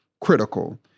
critical